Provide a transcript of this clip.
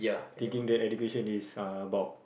thinking that education is about